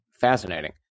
fascinating